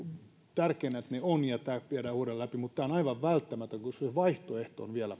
tärkeänä että ne ovat ja tämä viedään uudelleen läpi mutta tämä on aivan välttämätön koska se vaihtoehto on vielä